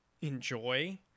enjoy